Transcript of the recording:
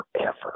forever